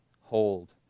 hold